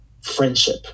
friendship